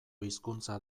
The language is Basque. hizkuntza